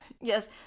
Yes